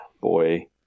boy